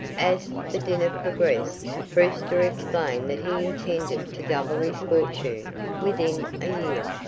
as the dinner progressed brewster explained that he intended to double his fortune within a year.